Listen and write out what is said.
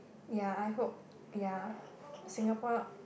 ya I hope ya Singapore